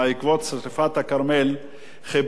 חיברו בתים שנבנו בלי רשיון